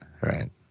right